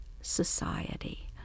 society